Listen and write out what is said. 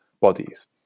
bodies